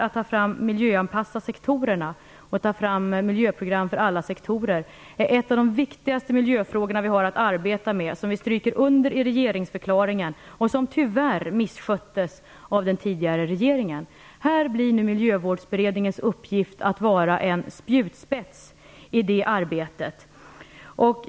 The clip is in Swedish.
Att utarbeta miljöprogram för alla sektorer är en av de viktigaste miljöuppgifter som vi har att utföra. Vi har i regeringsförklaringen strukit under denna uppgift, som tyvärr missköttes av den tidigare regeringen. Miljövårdsberedningens uppgift blir att vara en spjutspets i detta arbete.